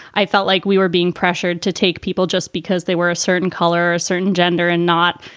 i felt like we were being pressured to take people just because they were a certain color, a certain gender and not,